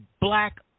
black